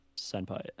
Senpai